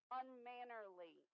unmannerly